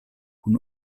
kun